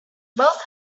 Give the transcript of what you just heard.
both